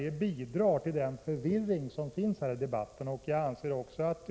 Det bidrar till förvirringen i debatten.